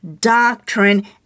doctrine